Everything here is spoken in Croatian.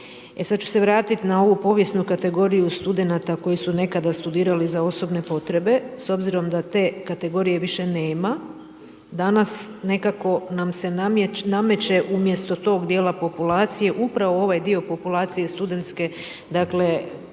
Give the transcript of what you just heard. sada ću se vratiti na ovu povijesnu kategoriju studenata koji su nekada studirali za osobne potrebe. S obzirom da te kategorije više nema, danas nekako nam se nameće umjesto tog dijela populacije upravo ovaj dio populacije studentske koje